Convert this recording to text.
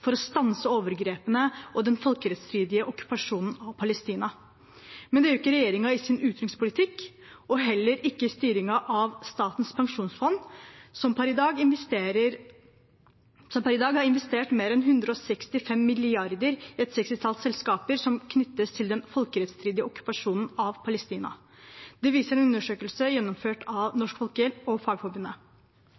for å stanse overgrepene og den folkerettsstridige okkupasjonen av Palestina. Men det gjør ikke regjeringen i sin utenrikspolitikk, og heller ikke i styringen av Statens pensjonsfond, som per i dag har investert mer enn 165 mrd. kr i et 60-talls selskaper som knyttes til den folkerettsstridige okkupasjonen av Palestina. Det viser en undersøkelse gjennomført av